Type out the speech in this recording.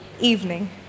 evening